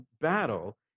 battle